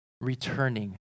returning